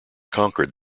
conquered